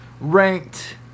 ranked